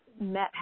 met